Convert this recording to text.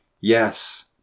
yes